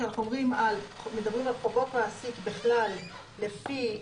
כשאנחנו מדברים על חובות מעסיק בכלל לפי,